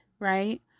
Right